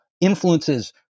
influences